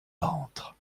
ventre